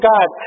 God